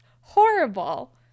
horrible